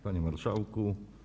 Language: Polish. Panie Marszałku!